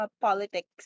politics